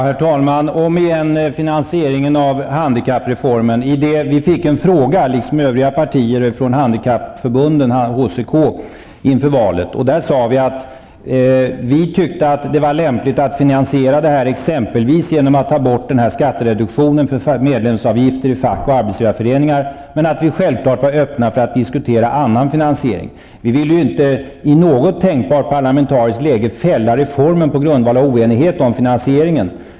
Herr talman! Om igen vill jag säga följande om finansieringen av handikappreformen. Vi liksom övriga partier fick en fråga från handikappförbunden, HCK, inför valet. Vi svarade att vi tyckte att det var lämpligt att finansiera detta exempelvis genom att ta bort skattereduktionen för medlemsavgifter i fack och arbetsgivarföreningar men att vi självfallet var öppna för att diskutera annan finansiering. Vi ville inte i något tänkbart parlamentariskt läge fälla reformen på grundval av oenighet om finansieringen.